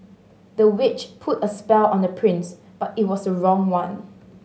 the witch put a spell on the prince but it was the wrong one